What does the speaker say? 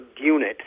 unit